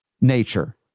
nature